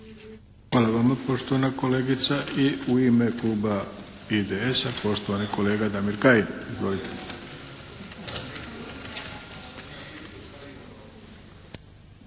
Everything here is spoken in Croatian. Hvala vama poštovana kolegice. I u ime kluba IDS-a, poštovani kolega Damir Kajin. Izvolite.